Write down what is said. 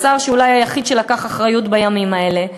השר אולי היחיד שלקח אחריות בימים האלה,